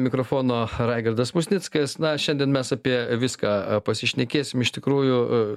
mikrofono raigardas musnickas na šiandien mes apie viską pasišnekėsim iš tikrųjų